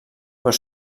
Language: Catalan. però